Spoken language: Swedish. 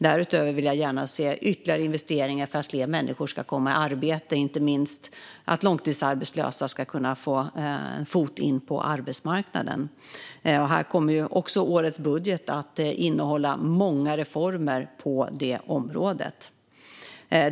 Därutöver vill jag gärna se ytterligare investeringar för att fler människor ska komma i arbete, inte minst att långtidsarbetslösa ska kunna få en fot in på arbetsmarknaden. Årets budget kommer också att innehålla många reformer på området.